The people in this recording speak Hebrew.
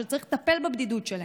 שצריך לטפל בבדידות שלהם.